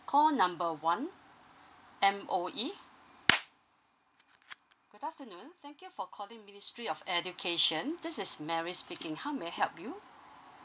call number one M_O_E good afternoon thank you for calling ministry of education this is mary speaking how may I help you